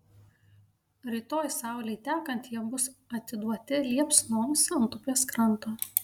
rytoj saulei tekant jie bus atiduoti liepsnoms ant upės kranto